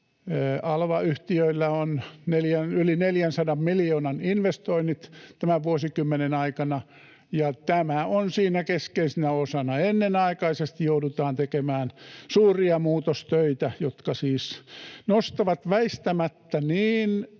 Alva-yhtiöillä on yli 400 miljoonan investoinnit tämän vuosikymmenen aikana, ja tämä on siinä keskeisenä osana. Ennenaikaisesti joudutaan tekemään suuria muutostöitä, jotka siis nostavat väistämättä niin